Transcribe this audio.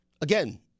Again